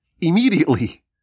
immediately